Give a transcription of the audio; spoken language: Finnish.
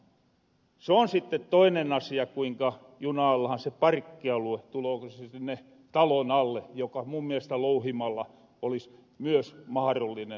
se on sitte toinen asia kuinka junaallahan se parkkialue tulooko se sinne talon alle joka mun mielestä louhimalla olis myös maharollinen ajatus